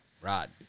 Rod